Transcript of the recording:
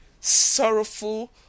sorrowful